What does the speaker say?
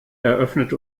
eröffnet